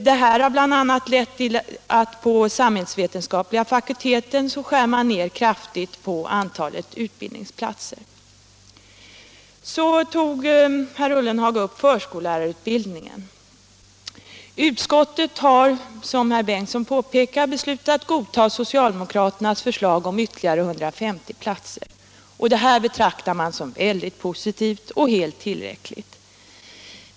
Detta har bl.a. lett till att man på samhällsvetenskapliga fakulteten skär ned kraftigt på antalet utbildningsplatser. Så tog herr Ullenhag upp förskollärarutbildningen. Utskottet har beslutat godta socialdemokraternas förslag om ytterligare 150 platser. Det betraktar man såsom väldigt positivt och helt tillräckligt.